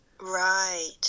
Right